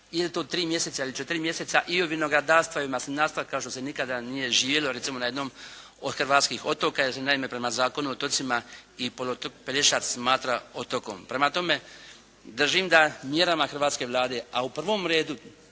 je to 3 mjeseca ili 4 mjeseca i od vinogradarstva i maslinarstva kao što se nikada nije živjelo recimo na jednom od hrvatskih otoka jer se naime prema Zakonu o otocima i poluotok Pelješac smatra otokom. Prema tome držim da mjerama hrvatske Vlade a u prvom redu